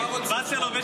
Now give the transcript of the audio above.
וסרלאוף,